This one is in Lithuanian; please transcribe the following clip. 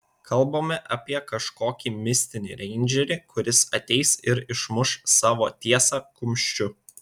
kalbame apie kažkokį mistinį reindžerį kuris ateis ir išmuš savo tiesą kumščiu